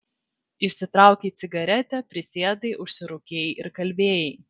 išsitraukei cigaretę prisėdai užsirūkei ir kalbėjai